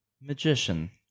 Magician